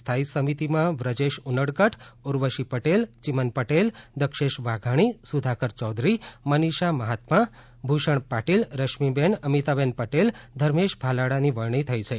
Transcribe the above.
સ્થાયી સમિતિમાં વ્રજેશ ઉનડકટ ઉર્વશી પટેલ ચીમન પટેલ દક્ષેશ વાઘાણી સુધાકર ચૌધરી મનીષા મહાત્મા ભૂષણ પાટીલ રશ્મિબેન અમીતાબેન પટેલ ધર્મેશ ભાલાળાની વરણી થઇ છે